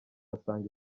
agasanga